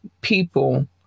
people